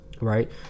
Right